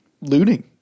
looting